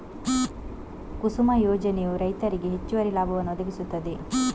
ಕುಸುಮ ಯೋಜನೆಯು ರೈತರಿಗೆ ಹೆಚ್ಚುವರಿ ಲಾಭವನ್ನು ಒದಗಿಸುತ್ತದೆ